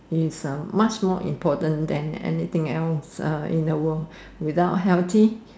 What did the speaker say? is much more important than anything else in the world without healthy